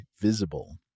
Visible